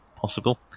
possible